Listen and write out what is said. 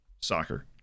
soccer